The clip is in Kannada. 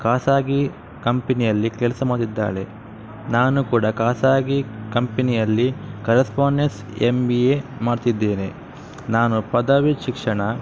ಖಾಸಗಿ ಕಂಪಿನಿಯಲ್ಲಿ ಕೆಲಸ ಮಾಡ್ತಿದ್ದಾಳೆ ನಾನು ಕೂಡ ಖಾಸಗಿ ಕಂಪೆನಿಯಲ್ಲಿ ಕರೆಸ್ಪೋನ್ಡೆನ್ಸ್ ಎಂ ಬಿ ಎ ಮಾಡ್ತಿದ್ದೇನೆ ನಾನು ಪದವಿ ಶಿಕ್ಷಣ